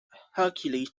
hercules